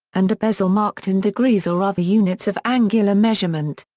and a bezel marked in degrees or other units of angular measurement.